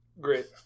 Great